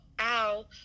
ow